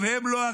הם לא הרחמנים.